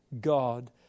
God